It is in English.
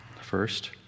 first